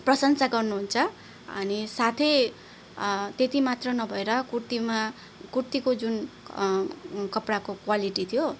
प्रशंसा गर्नु हुन्छ अनि साथै त्यति मात्र नभएर कुर्तीमा कुर्तीको जुन कपडाको क्वालिटी थियो